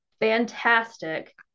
fantastic